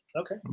Okay